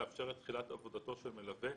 לאפשר את תחילת עבודתו של מלווה,